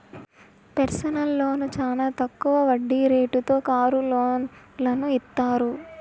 personal loan చానా తక్కువ వడ్డీ రేటుతో కారు లోన్లను ఇత్తారు